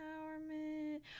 empowerment